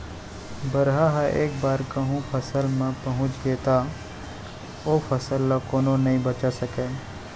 बरहा ह एक बार कहूँ फसल म पहुंच गे त ओ फसल ल कोनो नइ बचा सकय